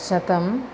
शतम्